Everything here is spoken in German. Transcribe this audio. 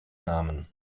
namen